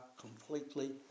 completely